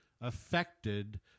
affected